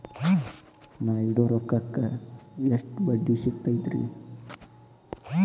ನಾ ಇಡೋ ರೊಕ್ಕಕ್ ಎಷ್ಟ ಬಡ್ಡಿ ಸಿಕ್ತೈತ್ರಿ?